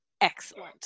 excellent